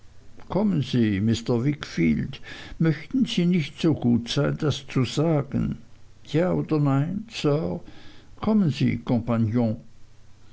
kommen sie mr wickfield möchten sie nicht so gut sein das zu sagen ja oder nein sir kommen sie kompagnon